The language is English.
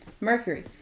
Mercury